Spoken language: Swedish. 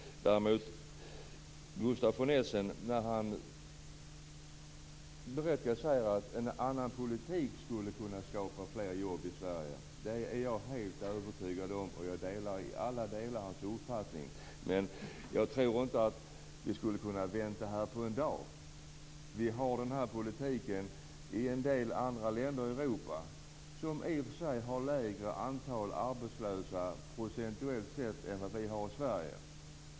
Gustaf von Essen säger berättigat att en annan politik skulle kunna skapa fler jobb i Sverige. Det är jag helt övertygad om, och jag delar i alla delar hans uppfattning. Men jag tror inte att vi skulle kunna vända situationen på en dag. Man har samma typ av politik i en del andra länder i Europa, som i och för sig har ett lägre antal arbetslösa procentuellt sett än vad vi har i Sverige.